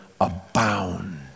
abound